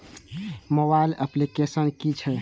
Mobile application कि छै?